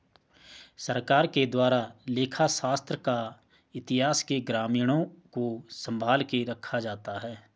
सरकार के द्वारा लेखा शास्त्र का इतिहास के प्रमाणों को सम्भाल के रखा जाता है